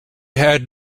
had